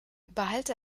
behalte